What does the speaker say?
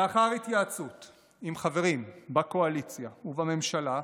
לאחר התייעצות עם חברים בקואליציה ובממשלה,